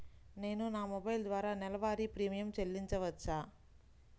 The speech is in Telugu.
నేను నా మొబైల్ ద్వారా నెలవారీ ప్రీమియం చెల్లించవచ్చా?